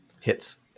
Hits